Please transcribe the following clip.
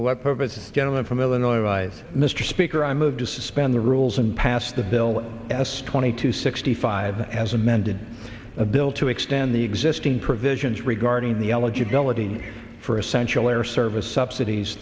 what purpose the gentleman from illinois mr speaker i move to suspend the rules and pass the bill s twenty two sixty five as amended a bill to extend the existing provisions regarding the eligibility for essential air service subsidies